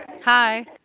Hi